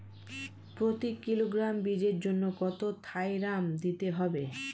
প্রতি কিলোগ্রাম বীজের জন্য কত থাইরাম দিতে হবে?